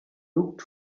looked